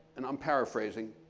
and i'm paraphrasing,